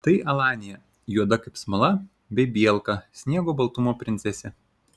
tai alanija juoda kaip smala bei bielka sniego baltumo princesė